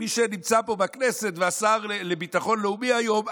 מי שנמצא פה בכנסת והשר לביטחון לאומי היום,